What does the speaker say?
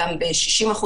גם ב-60%,